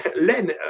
Len